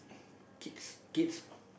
kids kids